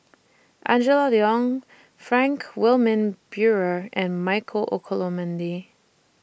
Angela Liong Frank Wilmin Brewer and Michael Olcomendy